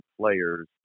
players